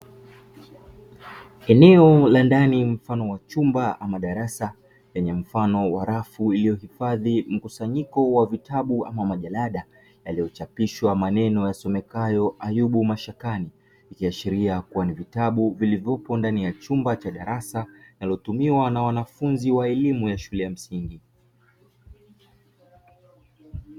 Eneo la ndani mfano wa chumba ama darasa lenye mfamo wa rafu iliyohifadhi mkusanyiko wa vitabu ama majalada yaliyochapishwa maneno ya somekayo ayubu mashakani, ikiashiria kuwa ni vitabu vilivyopo ndani ya darasa linalotumiwa na wanafunzi wa shule ya msingi.